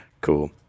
Cool